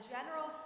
General